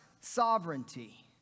sovereignty